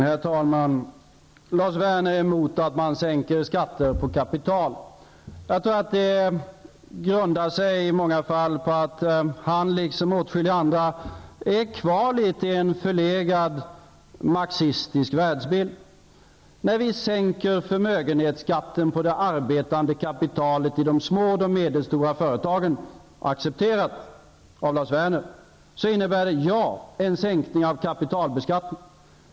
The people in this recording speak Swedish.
Herr talman! Lars Werner är emot att man sänker skatter på kapital. Jag tror att det grundar sig på att han liksom åtskilliga andra är litet kvar i en förlegad marxistisk världsbild. När vi sänker förmögenhetskatten på det arbetande kapitalet i de små och medelstora företagen, något som är accepterat av Lars Werner, innebär det naturligtvis en sänkning av kapitalbeskattningen.